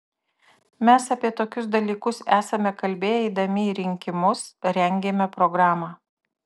mes apie tokius dalykus esame kalbėję eidami į rinkimus rengėme programą